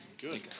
Good